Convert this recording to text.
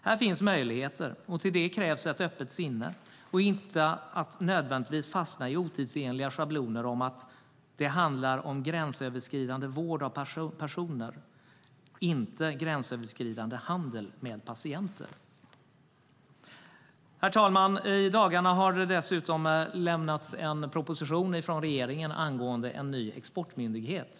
Här finns möjligheter, och till det krävs ett öppet sinne för att inte fastna i otidsenliga schabloner. Det handlar om gränsöverskridande vård av patienter, inte om gränsöverskridande handel med patienter. Herr talman! I dagarna har regeringen lämnat en proposition angående en ny exportmyndighet.